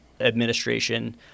administration